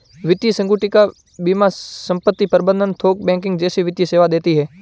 वित्तीय संगुटिका बीमा संपत्ति प्रबंध थोक बैंकिंग जैसे वित्तीय सेवा देती हैं